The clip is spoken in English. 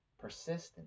persistent